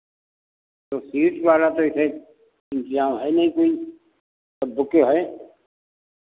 तो सीट वाला तो ऐसे इंतज़ाम है नहीं कोई सब बुके हैं